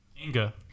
Inga